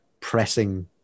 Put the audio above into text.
pressing